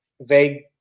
vague